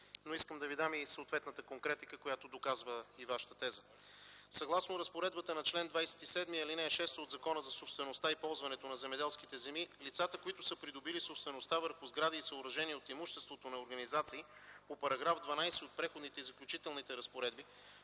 но искам да Ви дам и съответната конкретика, която доказва и Вашата теза. Съгласно разпоредбата на чл. 27, ал. 6 от Закона за собствеността и ползването на земеделските земи лицата, които са придобили собствеността върху сгради и съоръжения от имуществото на организации по § 12 от Преходните и заключителните разпоредби,